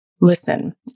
listen